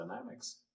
dynamics